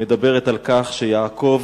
מדברת על כך שיעקב,